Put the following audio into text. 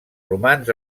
romans